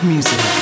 Music